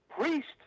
priest